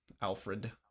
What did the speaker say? Alfred